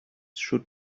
should